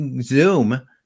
Zoom